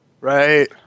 Right